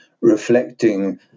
reflecting